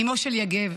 אימו של יגב.